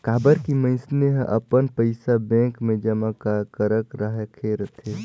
काबर की मइनसे हर अपन पइसा बेंक मे जमा करक राखे रथे